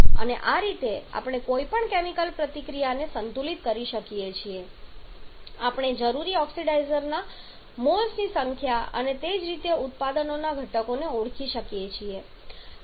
અને આ રીતે આપણે કોઈપણ કેમિકલ પ્રતિક્રિયાને સંતુલિત કરી શકીએ છીએ આપણે જરૂરી ઓક્સિડાઈઝરના મોલ્સની સંખ્યા અને તે જ રીતે ઉત્પાદનોના ઘટકોને ઓળખી શકીએ છીએ